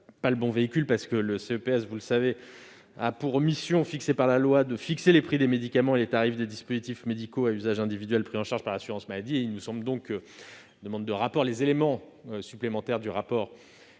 du Gouvernement. Cette instance, vous le savez, a pour mission, fixée par la loi, de déterminer les prix des médicaments et les tarifs des dispositifs médicaux à usage individuel pris en charge par l'assurance maladie. Il nous semble donc que les éléments supplémentaires que vous